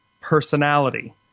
personality